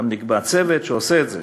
גם נקבע צוות שעושה את זה.